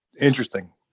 Interesting